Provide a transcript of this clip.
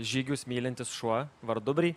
žygius mylintis šuo vardu bri